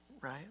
right